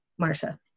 Marsha